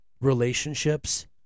relationships